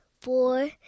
four